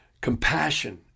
compassion